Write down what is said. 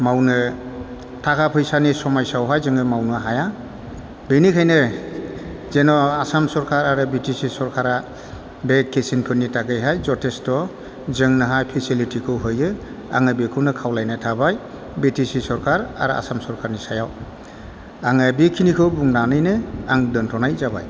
मावनो थाखा फैसानि समयस्यावहाय जोङो मावनो हाया बिनिखायनो जेन' आसाम सरखार आरो बि टि सि सरखारा बे किसानफोरनि थाखायहाय जथेसथ' जोंना फेसिलिटिखौ होयो आङो बेखौनो खावलायनाय थाबाय बि टि सि सरखार आरो आसाम सरखारनि सायाव आङो बेखिनिखौ बुंनानैनो आं दोनथ'नाय जाबाय